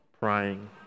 praying